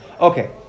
Okay